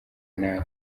nawe